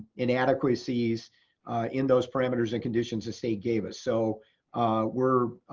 inadequacies in those parameters and conditions to say gave us. so we're